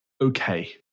Okay